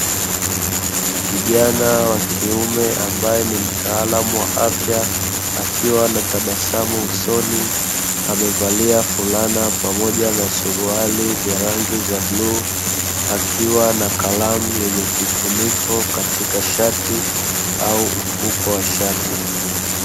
Kijana wa kiume ambaye ni mtaalamu wa afya akiwa na tabasamu usoni, amevalia fulana na suruali za rangi za bluu akiwa na kalamu yenye kifuniko kagika shati au, mfuko wa shati.